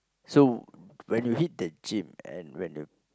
so when you hit the gym and when the